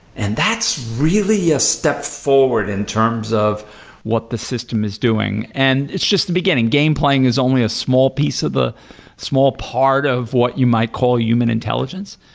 and that's really a step forward in terms of what the system is doing. and it's just the beginning. game playing is only a small piece of the small part of what you might call human intelligence,